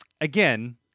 again